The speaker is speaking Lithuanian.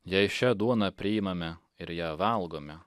jei šią duoną priimame ir ją valgome